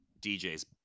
DJ's